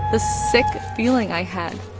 the sick feeling i had,